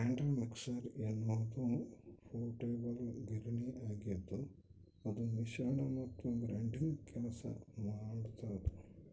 grinder mixer ಎನ್ನುವುದು portable ಗಿರಣಿಯಾಗಿದ್ದುಅದು ಮಿಶ್ರಣ ಮತ್ತು ಗ್ರೈಂಡಿಂಗ್ ಕೆಲಸ ಮಾಡ್ತದ